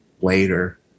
later